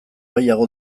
gehiago